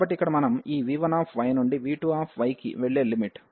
కాబట్టి ఇక్కడ మనం ఈ v1y నుండి v2yకి వెళ్లే లిమిట్